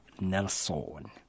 Nelson